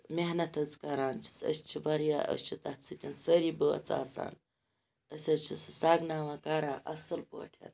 محنَت حظ کَران چھِ أسۍ چھِ واریاہ أسۍ چھِ تَتھ سۭتۍ سٲری بٲژ آسان أسۍ حظ چھِ سُہ سَگناوان کَران اَصل پٲٹھۍ